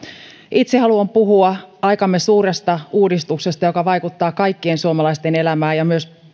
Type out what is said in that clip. itse haluan puhua aikamme suuresta uudistuksesta joka vaikuttaa kaikkien suomalaisten elämään ja myös